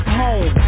home